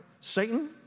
Satan